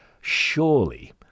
surely